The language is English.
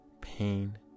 pain